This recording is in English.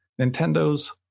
Nintendo's